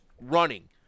running